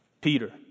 Peter